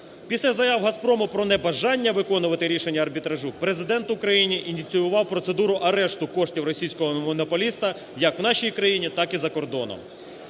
Після заяв "Газпрому" про небажання виконувати рішення арбітражу Президент України ініціював процедуру арешту коштів російського монополіста як в нашій країні, так і за кордоном.